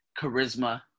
charisma